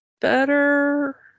better